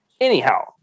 Anyhow